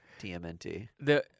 TMNT